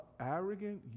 arrogant